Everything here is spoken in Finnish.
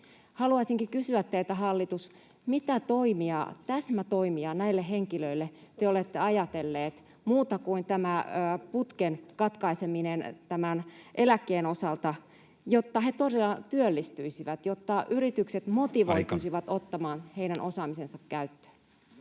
Haluaisinkin kysyä teiltä, hallitus: mitä täsmätoimia te olette näille henkilöille ajatelleet — muuta kuin tämä putken katkaiseminen eläkkeen osalta — jotta he todella työllistyisivät, jotta yritykset motivoituisivat [Puhemies: Aika!] ottamaan heidän osaamisensa käyttöön?